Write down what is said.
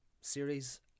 series